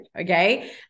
okay